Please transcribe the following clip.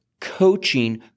coaching